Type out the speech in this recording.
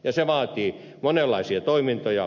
se vaatii monenlaisia toimintoja